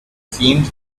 seemed